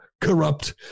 corrupt